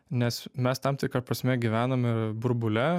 nes mes tam tikra prasme gyvename burbule